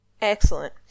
Excellent